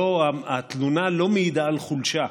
התלונה לא מעידה על חולשה.